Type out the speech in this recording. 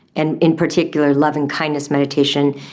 and in particular lovingkindness meditation,